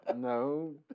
No